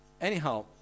Anyhow